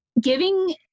giving